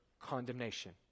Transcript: condemnation